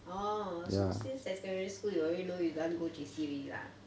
orh so since secondary school you already know you don't want go J_C already lah